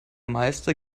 meister